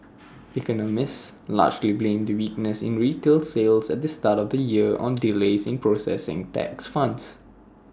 economists largely blame the weakness in retail sales at the start of the year on delays in processing tax funds